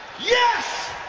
yes